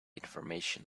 information